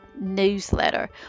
newsletter